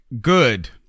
Good